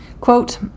Quote